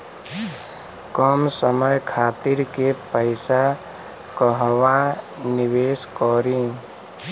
कम समय खातिर के पैसा कहवा निवेश करि?